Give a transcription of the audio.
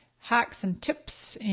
hacks and tips,